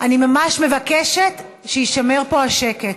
אני ממש מבקשת שיישמר פה השקט.